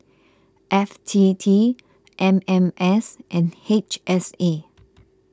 F T T M M S and H S A